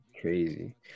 crazy